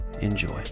Enjoy